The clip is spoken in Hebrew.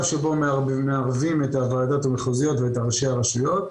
שבו מערבים את הועדות המחוזיות ואת ראשי הרשויות.